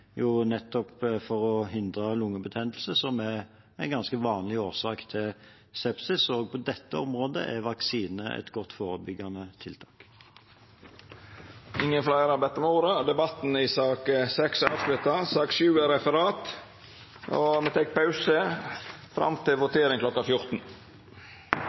en ganske vanlig årsak til sepsis. Også på dette området er vaksine et godt forebyggende tiltak. Debatten i sak nr. 6 er slutt. Stortinget tek pause fram til votering kl. 14. Stortinget skal nå votere over sakene på dagens kart. Under debatten er